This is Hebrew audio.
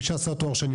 מי שעשה תואר שני,